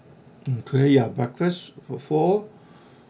okay ya breakfast for four